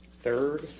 third